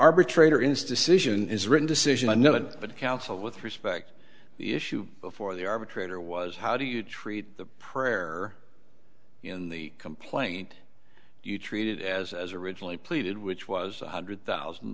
arbitrator insta cision is written decision i know but counsel with respect issue before the arbitrator was how do you treat the prayer in the complaint you treated as as originally pleaded which was one hundred thousand